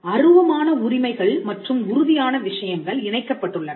இப்போது அருவமான உரிமைகள் மற்றும் உறுதியான விஷயங்கள் இணைக்கப்பட்டுள்ளன